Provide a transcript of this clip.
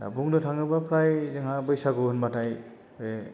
दा बुंनो थाङोबा फ्राय जोंहा बैसागु होनबाथाय बे